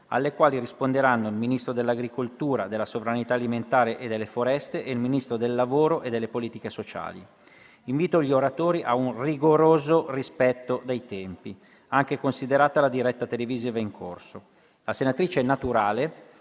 alle quali risponderanno il Ministro dell'agricoltura, della sovranità alimentare e delle foreste e il Ministro del lavoro e delle politiche sociali. Invito gli oratori ad un rigoroso rispetto dei tempi, considerata la diretta televisiva in corso. La senatrice Naturale